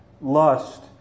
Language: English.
lust